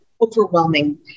overwhelming